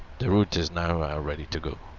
the route is now ready to go